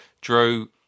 Drew